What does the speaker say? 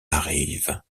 arrivent